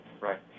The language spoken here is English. right